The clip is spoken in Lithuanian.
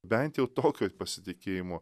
bent jau tokio pasitikėjimo